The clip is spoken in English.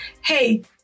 hey